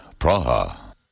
Praha